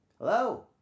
Hello